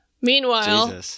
Meanwhile